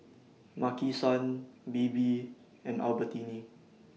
Maki San Bebe and Albertini